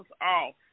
off